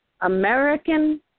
American